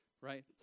Right